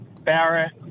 Barrett